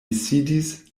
sidis